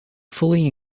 fully